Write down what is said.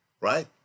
right